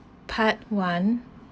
part one